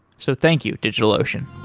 so thank you, digitalocean.